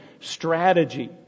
strategy